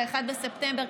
ב-1 בספטמבר,